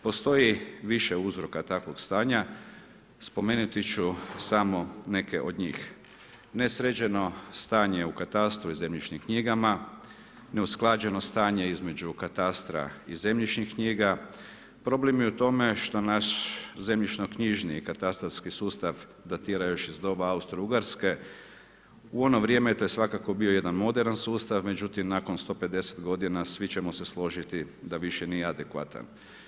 Postoji više uzroka takvog stanja, spomenut ću samo. nesređeno stanje u katastru i zemljišnim knjigama, neusklađeno stanje između katastra i zemljišnih knjiga, problem je u tome što naš zemljišno-knjižni katastarski sustav datira još iz doba Austro-Ugarske, u ono vrijeme to je svakako bio jedan moderan sustav, međutim nakon 150 godina, svi ćemo složiti da više nije adekvatan.